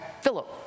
Philip